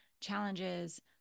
challenges